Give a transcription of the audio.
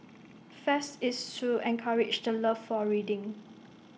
fest is to encourage the love for reading